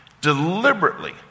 deliberately